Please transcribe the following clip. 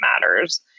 matters